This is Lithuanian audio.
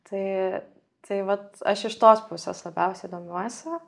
tai tai vat aš iš tos pusės labiausiai domiuosi